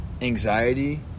anxiety